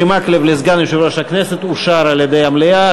מקלב לסגן יושב-ראש הכנסת על-ידי המליאה.